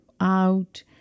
out